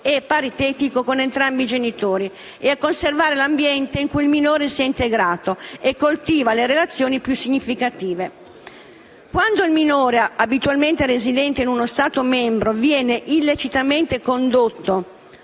e paritetico con entrambi i genitori e a conservare l'ambiente in cui il minore si è integrato e coltiva le relazioni più significative. Quando il minore, abitualmente residente in uno Stato membro, viene illecitamente condotto